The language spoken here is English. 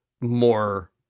more